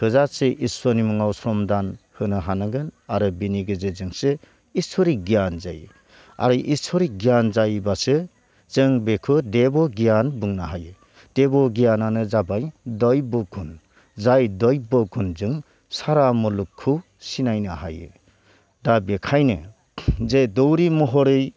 थोजासे इसोरनि मुङाव सम दान होनो हानांगोन आरो बिनि गेजेरजोंसो इसोरि गियानजों आरो इसोरि गियान जायोब्लासो जों बेखौ देब गियान बुंनो हायो देब गियानानो जाबाय दय्त बुगुन जाय दय्त बुगुनजों सारा मुलुगखौ सिनायनो हायो दा बेखायनो जे दौरि महरै